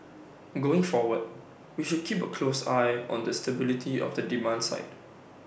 going forward we should keep A close eye on the stability of the demand side